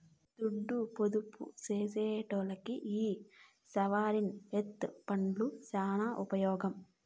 దుడ్డు పొదుపు సేసెటోల్లకి ఈ సావరీన్ వెల్త్ ఫండ్లు సాన ఉపమోగం